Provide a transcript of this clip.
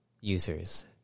users